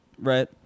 right